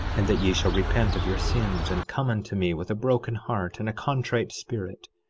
and that ye shall repent of your sins, and come unto me with a broken heart and a contrite spirit.